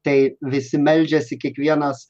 tai visi meldžiasi kiekvienas